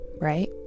right